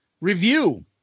Review